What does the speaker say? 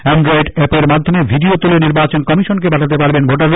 Android এপের মাধ্যমে video তুলে নির্বাচন কমিশনকে পাঠাতে পারবেন ভোটার